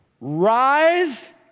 Rise